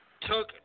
took